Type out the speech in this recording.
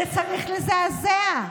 זה צריך לזעזע.